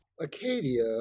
Acadia